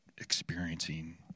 experiencing